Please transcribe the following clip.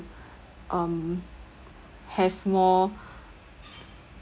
um have more